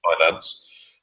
finance